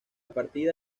partida